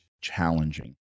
challenging